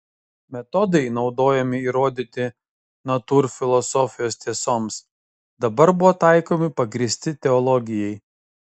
metodai naudojami įrodyti natūrfilosofijos tiesoms dabar buvo taikomi pagrįsti teologijai